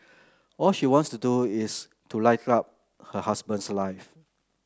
all she wants to do is to light up her husband's life